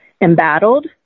embattled